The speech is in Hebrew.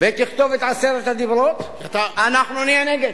ותכתוב את עשרת הדיברות, אנחנו נהיה נגד.